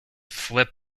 flip